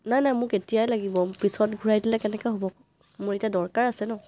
নাই নাই মোক এতিয়াই লাগিব পিছত ঘূৰাই দিলে কেনেকে হ'ব মোৰ এতিয়া দৰকাৰ আছে ন